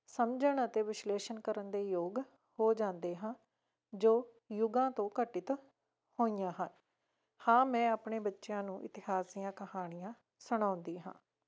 ਸਮਝਣ ਅਤੇ ਵਿਸ਼ਲੇਸ਼ਣ ਕਰਨ ਦੇ ਯੋਗ ਹੋ ਜਾਂਦੇ ਹਾਂ ਜੋ ਯੁੱਗਾਂ ਤੋਂ ਘਟਿਤ ਹੋਈਆਂ ਹਨ ਹਾਂ ਮੈਂ ਆਪਣੇ ਬੱਚਿਆਂ ਨੂੰ ਇਤਿਹਾਸ ਦੀਆਂ ਕਹਾਣੀਆਂ ਸੁਣਾਉਂਦੀ ਹਾਂ